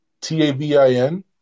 T-A-V-I-N